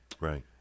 Right